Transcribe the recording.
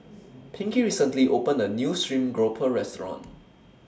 Pinkie recently opened A New Stream Grouper Restaurant